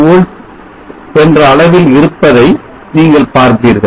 7 volts என்ற அளவில் இருப்பதை நீங்கள் பார்ப்பீர்கள்